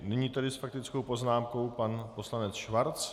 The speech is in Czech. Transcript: Nyní tedy s faktickou poznámkou pan poslanec Schwarz.